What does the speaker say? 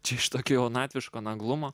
čia tokia jaunatviško naglumo